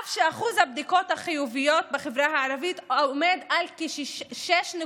אף שאחוז הבדיקות החיוביות בחברה הערבית עומד על 6.5%,